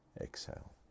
exhale